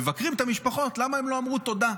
מבקרים את המשפחות למה הם לא אמרו תודה,